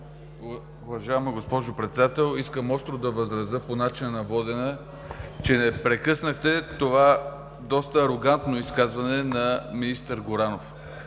Уважаема госпожо Председател, искам остро да възразя по начина на водене, че не прекъснахте това доста арогантно изказване на министър Горанов.